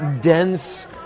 dense